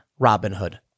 Robinhood